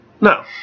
No